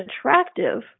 attractive